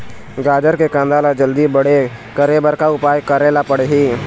गाजर के कांदा ला जल्दी बड़े करे बर का उपाय करेला पढ़िही?